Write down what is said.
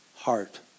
heart